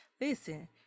listen